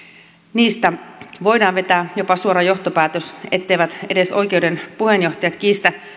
niistä voidaan vetää jopa suora johtopäätös etteivät edes oikeuden puheenjohtajat kiistä